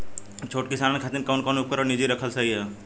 छोट किसानन खातिन कवन कवन उपकरण निजी रखल सही ह?